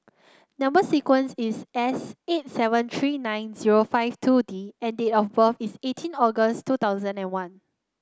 number sequence is S eight seven three nine zero five two D and date of birth is eighteen August two thousand and one